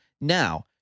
Now